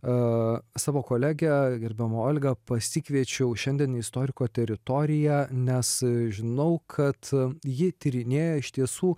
a savo kolegę gerbiamą olgą pasikviečiau šiandien į istoriko teritoriją nes žinau kad ji tyrinėja iš tiesų